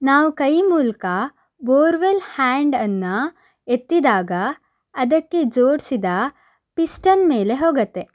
ನಾವು ಕೈ ಮೂಲಕ ಬೋರ್ವೆಲ್ ಹ್ಯಾಂಡನ್ನು ಎತ್ತಿದಾಗ ಅದಕ್ಕೆ ಜೋಡಿಸಿದ ಪಿಸ್ಟನ್ ಮೇಲೆ ಹೋಗತ್ತೆ